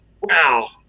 wow